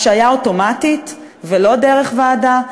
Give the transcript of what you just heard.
השעיה אוטומטית ולא דרך ועדה.